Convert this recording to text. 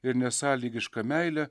ir nesąlygišką meilę